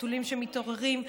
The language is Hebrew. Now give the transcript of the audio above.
חתולים שמתעוררים.